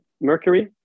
Mercury